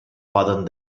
poden